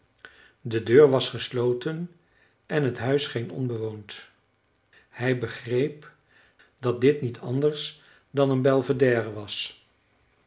de deur was gesloten en het huis scheen onbewoond hij begreep dat dit niet anders dan een belvédère was